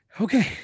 Okay